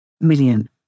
million